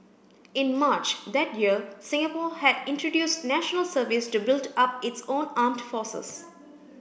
in March that year Singapore had introduced National Service to build up its own armed forces